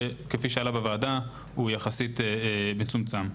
שכפי שעלה בוועדה הוא יחסית מצומצם.